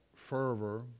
fervor